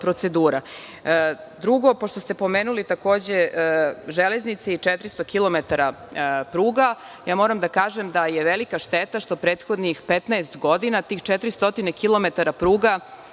procedura. Drugo, pošto ste pomenuli takođe Železnice i 400 kilometara pruga, moram da kažem da je velika šteta što prethodnih 15 godina tih 400 kilometara